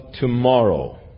tomorrow